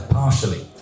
partially